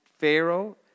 Pharaoh